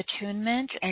attunement